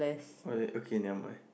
oh okay never mind